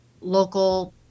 local